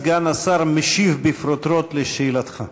סגן השר משיב בפרוטרוט על שאלתך.